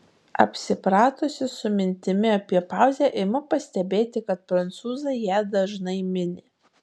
apsipratusi su mintimi apie pauzę imu pastebėti kad prancūzai ją dažnai mini